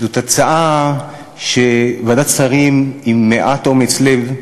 זאת הצעה שוועדת שרים עם מעט אומץ לב,